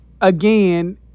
again